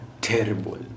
terrible